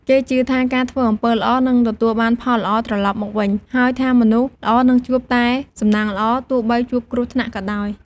គេជឿថា ការធ្វើអំពើល្អនឹងទទួលបានផលល្អត្រឡប់មកវិញ ហើយថាមនុស្សល្អនឹងជួបតែសំណាងល្អ ទោះបីជួបគ្រោះថ្នាក់ក៏ដោយ។